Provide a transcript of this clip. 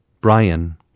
Brian